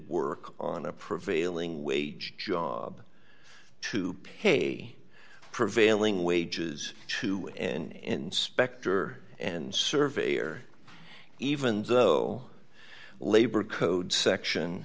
work on a prevailing wage job to pay prevailing wages to n inspector and surveyor even though labor code section